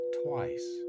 twice